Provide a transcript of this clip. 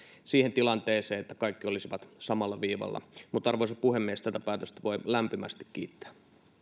siihen tilanteeseen että kaikki olisivat samalla viivalla mutta arvoisa puhemies tätä päätöstä voi lämpimästi kiittää